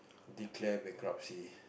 declare bankruptcy